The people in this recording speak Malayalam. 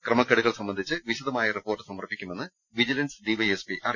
ക്രമക്കേടുകൾ സംബന്ധിച്ച് വിശദമായ റിപ്പോർട്ട് സമർപ്പിക്കുമെന്ന് vigilance D Y S P അറിയിച്ചു